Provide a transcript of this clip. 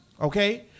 okay